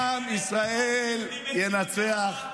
עם ישראל ינצח.